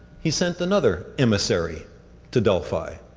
he sent another emissary to delphi.